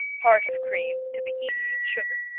heart of cream, to be eaten with sugar.